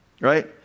right